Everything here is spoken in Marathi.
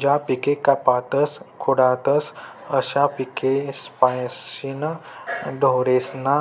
ज्या पिके कापातस खुडातस अशा पिकेस्पाशीन ढोरेस्ना